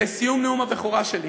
לסיום נאום הבכורה שלי